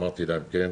אמרתי להם: כן.